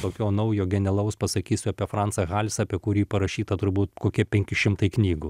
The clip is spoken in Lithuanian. tokio naujo genialaus pasakysiu apie francą halsą apie kurį parašyta turbūt kokie penki šimtai knygų